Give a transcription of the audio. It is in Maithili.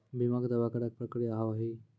बीमा के दावा करे के प्रक्रिया का हाव हई?